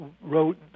wrote